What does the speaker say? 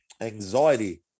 anxiety